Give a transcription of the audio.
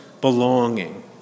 belonging